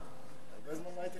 הרבה זמן לא הייתי חבר כנסת.